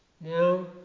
Now